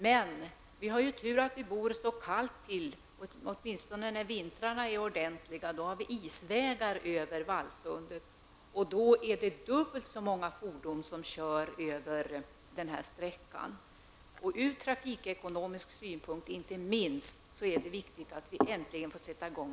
Men vi har tur som bor så långt norrut, åtminstone när vintrarna är ordentliga, för då finns det isvägar över Vallsundet, och det gör att det blir dubbelt så många fordon som kör den här sträckan. Inte minst från trafikekonomisk synpunkt är det viktigt att projektet sätts i gång.